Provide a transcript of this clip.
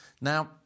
Now